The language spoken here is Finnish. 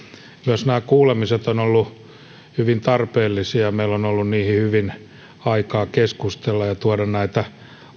myös kuulemiset ovat olleet hyvin tarpeellisia meillä on ollut niissä hyvin aikaa keskustella ja tuoda näitä